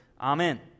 Amen